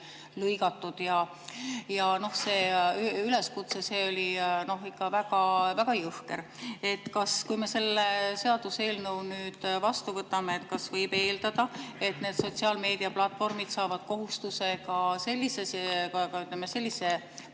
lõigatud. See üleskutse oli ikka väga jõhker. Kui me selle seaduseelnõu vastu võtame, kas võib eeldada, et need sotsiaalmeedia platvormid saavad kohustuse ka sellise